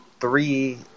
three